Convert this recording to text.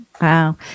wow